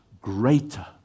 greater